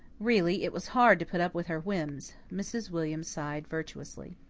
really, it was hard to put up with her whims. mrs. william sighed virtuously.